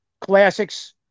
classics